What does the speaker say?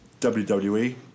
WWE